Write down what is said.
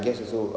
ya